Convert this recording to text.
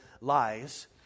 lies